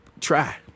Try